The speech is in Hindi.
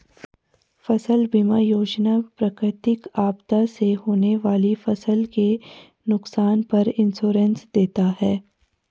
फसल बीमा योजना प्राकृतिक आपदा से होने वाली फसल के नुकसान पर इंश्योरेंस देता है